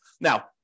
Now